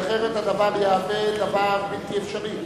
כי אחרת יתהווה דבר בלתי אפשרי.